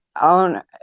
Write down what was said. on